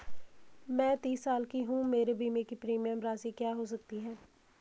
मैं तीस साल की हूँ मेरे बीमे की प्रीमियम राशि क्या हो सकती है?